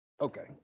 Okay